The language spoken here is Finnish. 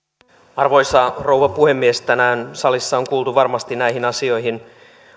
arvoisa rouva puhemies tänään salissa on kuultu varmasti näissä asioissa